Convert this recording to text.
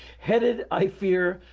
headed, i fear,